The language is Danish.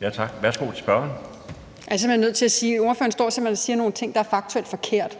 Mette Thiesen (DF): Jeg er simpelt hen nødt til at sige, at ordføreren står og siger nogle ting, der er faktuelt forkerte.